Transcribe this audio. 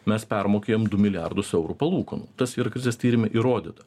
mes permokėjom milijardus eurų palūkanų tas yra krizės tyrime įrodyta